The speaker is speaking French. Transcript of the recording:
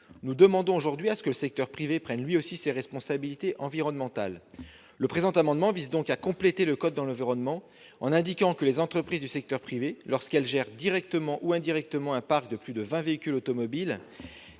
Nous demandons aujourd'hui que le secteur privé prenne, lui aussi, ses responsabilités environnementales. Le présent amendement vise donc à compléter le code de l'environnement, en indiquant que les entreprises du secteur privé, lorsqu'elles gèrent directement ou indirectement un parc de plus de vingt véhicules automobiles,